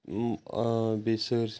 بیٚیہ سٲرسے